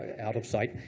out of sight.